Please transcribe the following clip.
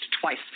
twice